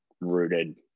rooted